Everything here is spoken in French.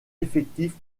effectifs